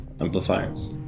Amplifiers